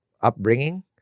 upbringing